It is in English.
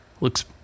Looks